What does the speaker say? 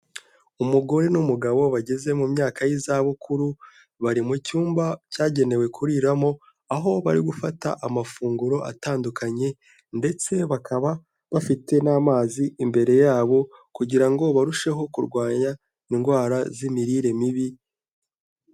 Umugore n'umugabo bageze mu myaka y'izabukuru bari mu cyumba cyagenewe kuriramo aho bari gufata amafunguro atandukanye ndetse bakaba bafite n'amazi imbere yabo kugira ngo barusheho kurwanya indwara z'imirire mibi.